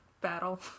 battle